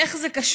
איך זה קשור?